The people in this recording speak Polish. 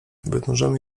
wynurzymy